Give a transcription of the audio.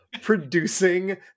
producing